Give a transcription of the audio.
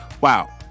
wow